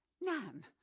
Nan